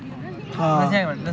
हां